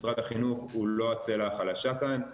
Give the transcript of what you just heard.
משרד החינוך הוא לא הצלע החלשה כאן.